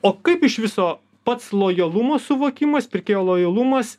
o kaip iš viso pats lojalumo suvokimas pirkėjo lojalumas